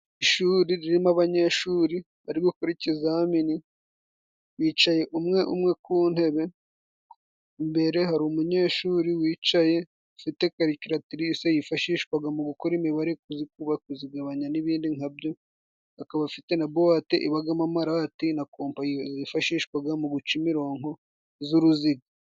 Ishuri ririmo abanyeshuri bari gukora ikizamini bicaye umwe umwe ku ntebe imbere hari umunyeshuri wicaye ufite karikiratirise yifashishwaga mu gukora imibare kuzikuba , kuzigabanya n'ibindi nkabyo akaba afite na buwate ibagamo amarati na kompa zifashishwaga mu guca imironko z'uruziga.